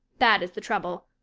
that is the trouble.